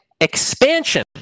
expansion